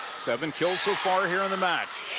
seven kills so far here on the match.